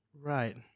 Right